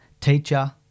teacher